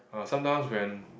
uh sometimes when